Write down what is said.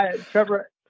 Trevor